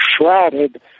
shrouded